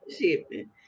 shipping